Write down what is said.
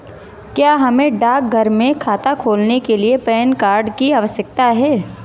क्या हमें डाकघर में खाता खोलने के लिए पैन कार्ड की आवश्यकता है?